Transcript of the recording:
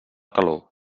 calor